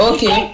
Okay